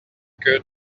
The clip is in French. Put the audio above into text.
que